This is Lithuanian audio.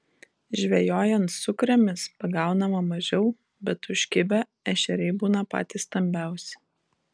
žvejojant sukrėmis pagaunama mažiau bet užkibę ešeriai būna patys stambiausi